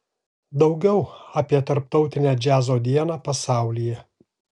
daugiau apie tarptautinę džiazo dieną pasaulyje